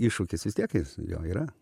iššūkis vis tiek jo yra